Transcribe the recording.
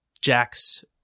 jack's